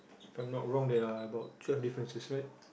if I'm not wrong there are about twelve differences right